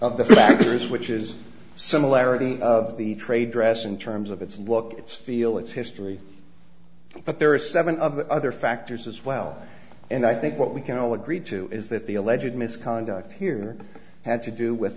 of the factors which is similarity of the trade dress in terms of it's look it's feel it's history but there are seven of the other factors as well and i think what we can all agree to is that the alleged misconduct here had to do with